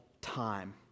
time